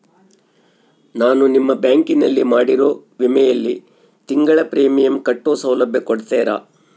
ನಾನು ನಿಮ್ಮ ಬ್ಯಾಂಕಿನಲ್ಲಿ ಮಾಡಿರೋ ವಿಮೆಯಲ್ಲಿ ತಿಂಗಳ ಪ್ರೇಮಿಯಂ ಕಟ್ಟೋ ಸೌಲಭ್ಯ ಕೊಡ್ತೇರಾ?